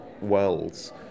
worlds